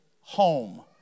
home